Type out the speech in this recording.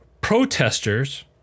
protesters